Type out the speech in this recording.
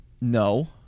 No